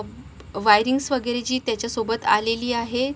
वायरिंगस वगैरे जी त्याच्यासोबत आलेली आहे